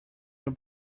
your